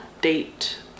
date